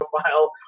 profile